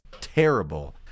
terrible